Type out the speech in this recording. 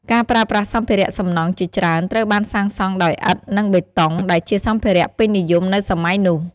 ការប្រើប្រាស់សម្ភារៈសំណង់ជាច្រើនត្រូវបានសាងសង់ដោយ ឥដ្ឋ និង បេតុង ដែលជាសម្ភារៈពេញនិយមនៅសម័យនោះ។